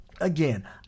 again